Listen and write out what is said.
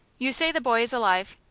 you say the boy is alive?